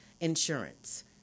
insurance